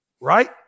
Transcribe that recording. Right